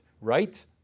right